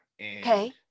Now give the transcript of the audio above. Okay